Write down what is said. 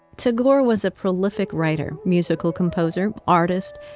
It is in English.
tagore was a prolific writer, musical composer, artist,